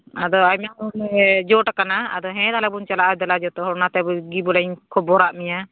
ᱟᱫᱚ ᱟᱭᱢᱟ ᱦᱚᱲ ᱞᱮ ᱡᱳᱴᱟᱠᱟᱱᱟ ᱟᱫᱚ ᱦᱮᱸ ᱛᱟᱦᱚᱞᱮ ᱵᱚᱱ ᱪᱟᱞᱟᱜᱼᱟ ᱫᱮᱞᱟ ᱡᱚᱛᱚ ᱦᱚᱲ ᱚᱱᱟᱛᱮᱜᱮ ᱵᱩᱜᱤ ᱵᱚᱞᱮᱧ ᱠᱷᱚᱵᱚᱨᱟᱜ ᱢᱮᱭᱟ